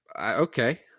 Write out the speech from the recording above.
okay